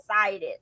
excited